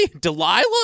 Delilah